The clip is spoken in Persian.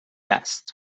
است